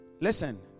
Listen